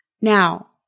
Now